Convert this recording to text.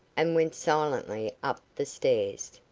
and went silently up the stairs.